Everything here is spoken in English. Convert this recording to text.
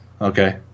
Okay